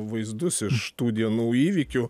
vaizdus iš tų dienų įvykių